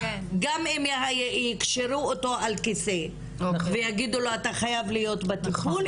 גם אם יקשרו אותו לכיסא ויגידו לו שהוא חייב להיות בטיפול,